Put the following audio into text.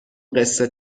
قصه